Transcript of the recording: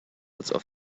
some